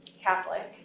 Catholic